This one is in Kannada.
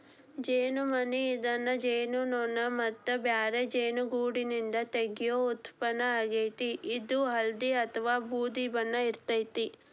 ಜೇನುಮೇಣ ಇದನ್ನ ಜೇನುನೋಣ ಮತ್ತ ಬ್ಯಾರೆ ಜೇನುಗೂಡ್ನಿಂದ ತಗಿಯೋ ಉತ್ಪನ್ನ ಆಗೇತಿ, ಇದು ಹಳ್ದಿ ಅತ್ವಾ ಬೂದಿ ಬಣ್ಣ ಇರ್ತೇತಿ